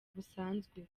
busanzwe